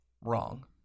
wrong